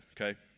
okay